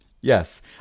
Yes